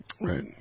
Right